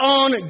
on